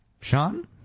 Sean